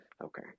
Okay